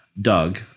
Doug